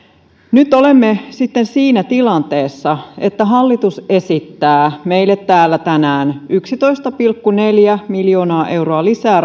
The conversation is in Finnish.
nyt olemme sitten siinä tilanteessa että hallitus esittää meille täällä tänään yksitoista pilkku neljä miljoonaa euroa lisää